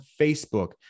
Facebook